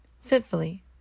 fitfully